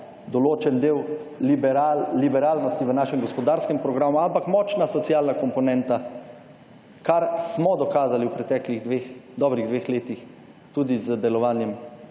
določen del liberalnosti v našem gospodarskem programu, ampak močna socialna komponenta, kar smo dokazali v preteklih dobrih dveh letih tudi z delovanjem